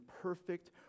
perfect